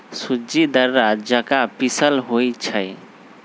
सूज़्ज़ी दर्रा जका पिसल होइ छइ